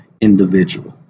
individual